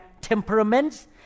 temperaments